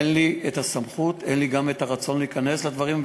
אין לי סמכות ואין לי גם רצון להיכנס לדברים,